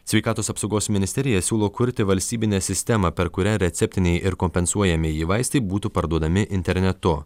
sveikatos apsaugos ministerija siūlo kurti valstybinę sistemą per kurią receptiniai ir kompensuojamieji vaistai būtų parduodami internetu